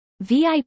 VIP